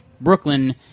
Brooklyn